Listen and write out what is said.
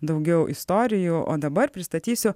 daugiau istorijų o dabar pristatysiu